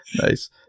Nice